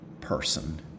person